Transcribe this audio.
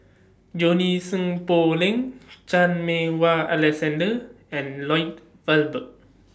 Junie Sng Poh Leng Chan Meng Wah Alexander and Lloyd Valberg